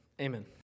amen